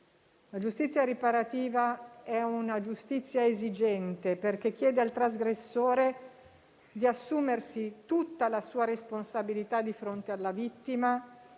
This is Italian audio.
La giustizia riparativa è una giustizia esigente, perché chiede al trasgressore di assumersi tutta la sua responsabilità di fronte alla vittima